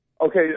okay